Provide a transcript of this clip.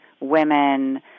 women